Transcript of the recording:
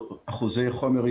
אחת מתוך החמש.